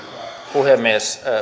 puhemies